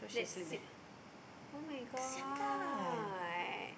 [oh]-my-god